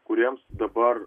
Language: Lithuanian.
kuriems dabar